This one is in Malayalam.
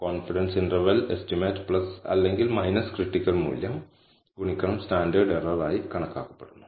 കോൺഫിഡൻസ് ഇന്റർവെൽ എസ്റ്റിമേറ്റ് അല്ലെങ്കിൽ ക്രിട്ടിക്കൽ മൂല്യം ഗുണിക്കണം സ്റ്റാൻഡേർഡ് എറർ ആയി കണക്കാക്കുന്നു